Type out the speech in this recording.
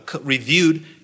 reviewed